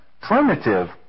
primitive